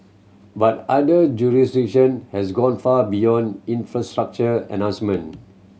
but other jurisdiction has gone far beyond infrastructure enhancement